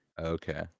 okay